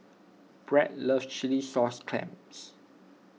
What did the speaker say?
Brad loves Chilli Sauce Clams